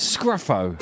Scruffo